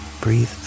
Breathe